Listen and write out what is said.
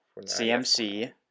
CMC